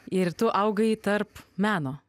ir tu augai tarp meno